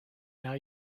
now